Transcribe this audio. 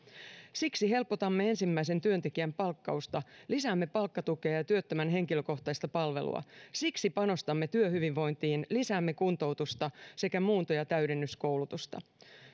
siksi helpotamme ensimmäisen työntekijän palkkausta lisäämme palkkatukea ja työttömän henkilökohtaista palvelua siksi panostamme työhyvinvointiin lisäämme kuntoutusta sekä muunto ja täydennyskoulutusta